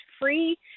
free